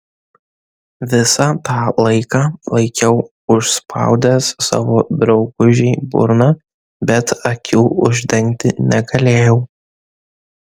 visą tą laiką laikiau užspaudęs savo draugužei burną bet akių uždengti negalėjau